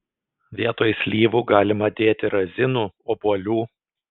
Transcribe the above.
vietoj slyvų galima dėti razinų obuolių